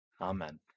Amen